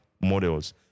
models